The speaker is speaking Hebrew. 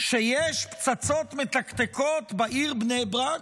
שיש פצצות מתקתקות בעיר בני ברק,